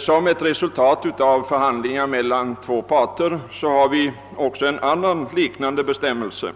Som ett resultat av förhandlingar mellan två parter har också en annan liknande bestämmelse